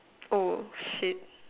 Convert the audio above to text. oh shit